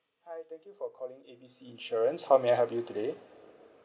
hi thank you for calling A B C insurance how may I help you today